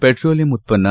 petroleum ಉತ್ತನ್ನ